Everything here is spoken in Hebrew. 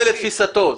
זה לתפיסתו.